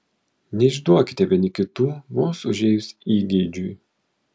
neišduokite vieni kitų vos užėjus įgeidžiui